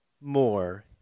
more